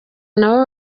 nabo